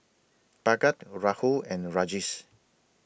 Bhagat Rahul and Rajesh